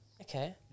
Okay